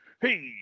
hey